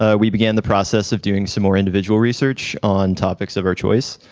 ah we began the process of doing some more individual research on topics of our choice.